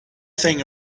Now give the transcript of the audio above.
thing